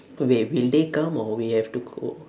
okay will they come or we have to go